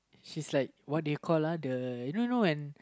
she's like what do you call uh the you know know one